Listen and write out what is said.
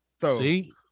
see